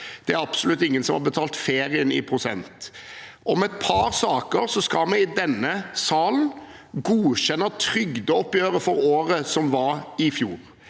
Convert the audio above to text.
det er absolutt ingen som har betalt for ferien i prosent. Om et par saker skal vi i denne salen godkjenne trygdeoppgjøret for året som var i fjor.